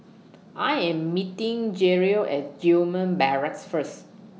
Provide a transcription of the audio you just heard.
I Am meeting Jerrel At Gillman Barracks First